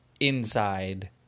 inside